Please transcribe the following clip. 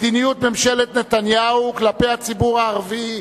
מדיניות ממשלת נתניהו כלפי הציבור הערבי,